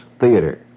Theater